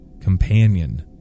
companion